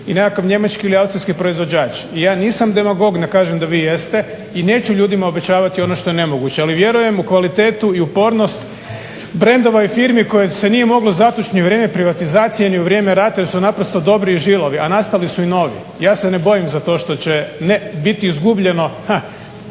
i nekakav njemački ili austrijski proizvođač. I ja nisam demagog, ne kažem da vi jeste i neću ljudima obećavati ono što je nemoguće. Ali vjerujem u kvalitetu i upornost brendova i firmi koje se nije moglo zatući ni u vrijeme privatizacije, ni u vrijeme rata jer su naprosto dobri i žilavi, a nastali su i novi. Ja se ne bojim za to što će ne biti izgubljeno